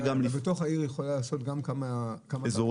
גם --- ובתוך העיר יכולה לעשות גם כמה אזורים.